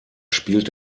spielt